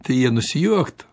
tai jie nusijuoktų